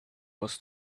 was